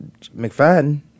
McFadden